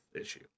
issue